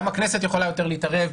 גם הכנסת יכולה להתערב יותר,